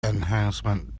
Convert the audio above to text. enhancement